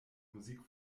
musik